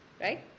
right